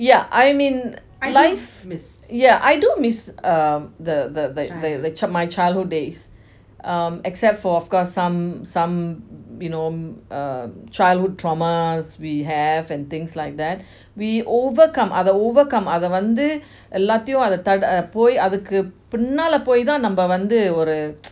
yeah I mean life yeah I do miss um the the th~ my childhood days um except for some some you know err childhood traumas we have and things like that we overcome அத வந்து எல்லாத்தையும் அது பொய் அதுக்கு பின்னால பொய் தான் நம்ம வந்து ஒரு:atha vanthu ellathayum athu poi athuku pinala poi thaan namma vanthu oru